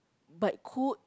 but good